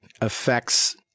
affects